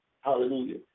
Hallelujah